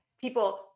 people